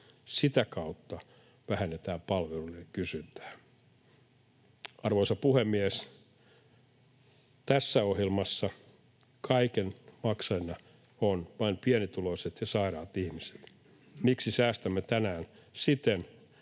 sitä kautta vähennetään palveluiden kysyntää. Arvoisa puhemies! Tässä ohjelmassa kaiken maksajina ovat vain pienituloiset ja sairaat ihmiset. Miksi säästämme tänään siten,